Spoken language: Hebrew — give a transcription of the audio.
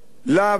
לוועדה: